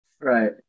Right